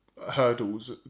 hurdles